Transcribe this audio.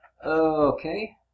Okay